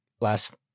last